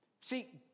See